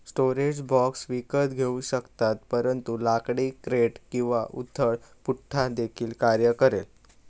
storage box विकत घेऊ शकतात परंतु लाकडी क्रेट किंवा उथळ पुठ्ठा देखील कार्य करेल